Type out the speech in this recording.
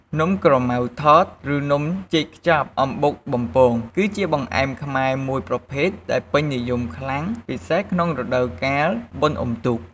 នំក្រម៉ៅថត ឬនំចេកខ្ចប់អំបុកបំពង គឺជាបង្អែមខ្មែរមួយប្រភេទដែលពេញនិយមខ្លាំង ពិសេសក្នុងរដូវកាលបុណ្យអុំទូក។